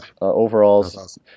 overalls